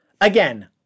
Again